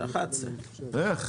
11. איך?